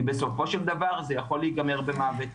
כי בסופו של דבר זה יכול להיגמר במוות,